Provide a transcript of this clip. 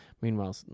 Meanwhile